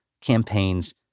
campaigns